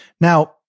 Now